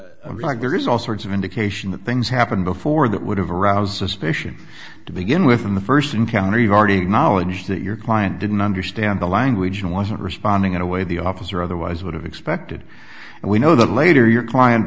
that there is all sorts of indication that things happened before that would have aroused suspicion to begin with in the first encounter you've already acknowledged that your client didn't understand the language and wasn't responding in a way the officer otherwise would have expected and we know that later your client